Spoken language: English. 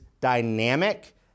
dynamic